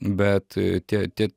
bet tie tie